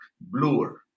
bluer